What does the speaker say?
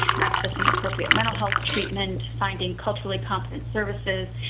accessing appropriate mental health treatment, finding culturally competent services,